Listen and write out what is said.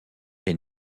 est